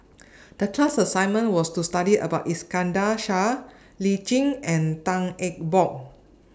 The class assignment was to study about Iskandar Shah Lee Tjin and Tan Eng Bock